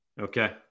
Okay